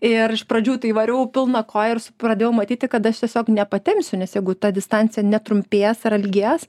ir iš pradžių tai variau pilna koja ir su pradėjau matyti kad aš tiesiog nepatempsiu nes jeigu ta distancija netrumpės ar ilgės